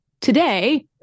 today